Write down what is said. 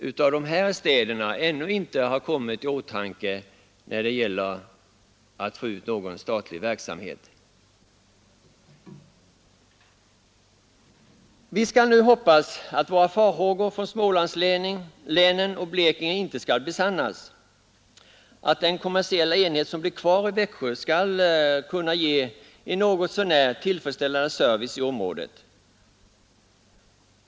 Utav de här uppräknade orterna är det Växjö som ännu inte fått del av någon utlokalisering. Jag hoppas att de farhågor som invånarna i Smålandslänen och Blekinge har inte skall besannas utan att den kommersiella enhet som blir kvar i Växjö skall kunna ge en något så när tillfredsställande service.